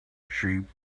sheep